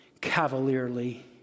cavalierly